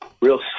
Real